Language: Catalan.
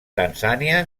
tanzània